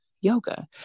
yoga